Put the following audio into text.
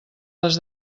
les